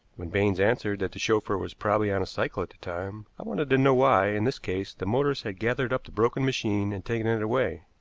when baines answered that the chauffeur was probably on a cycle at the time, i wanted to know why, in this case, the motorist had gathered up the broken machine and taken it away.